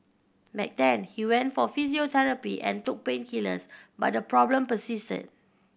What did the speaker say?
back then he went for physiotherapy and took painkillers but the problem persisted